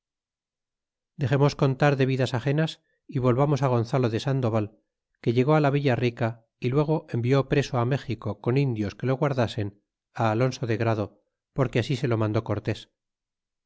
dexemos contar de vidas agenas y volvamos á gonzalo de sandoval que llegó la villa rica y luego envió preso méxico con indios que lo guardasen á alonso de grado porque así se lo mandó cortés